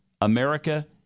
America